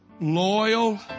loyal